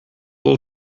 will